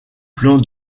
plan